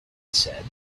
said